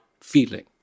feeling